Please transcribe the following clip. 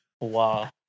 Wow